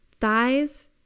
thighs